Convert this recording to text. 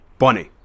bunny